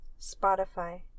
Spotify